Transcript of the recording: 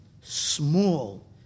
small